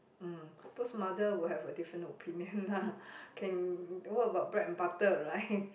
mm cause mother will have a different opinion ah can what about bread and butter right